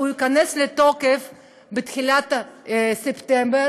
הוא ייכנס לתוקף בתחילת ספטמבר.